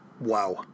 Wow